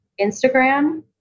Instagram